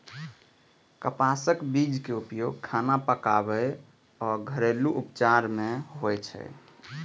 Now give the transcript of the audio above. कपासक बीज के उपयोग खाना पकाबै आ घरेलू उपचार मे होइ छै